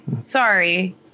Sorry